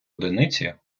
одиниці